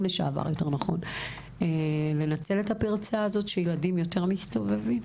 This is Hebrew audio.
לשעבר לנצל את הפרצה הזו שילדים יותר מסתובבים?